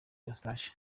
eustache